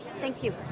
thank you.